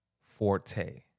Forte